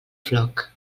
floc